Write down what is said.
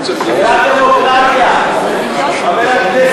חבר הכנסת